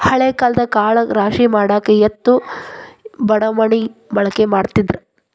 ಹಳೆ ಕಾಲದಾಗ ಕಾಳ ರಾಶಿಮಾಡಾಕ ಎತ್ತು ಬಡಮಣಗಿ ಬಳಕೆ ಮಾಡತಿದ್ರ